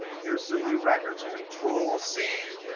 here's some new records, control c.